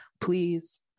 please